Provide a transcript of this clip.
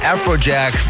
Afrojack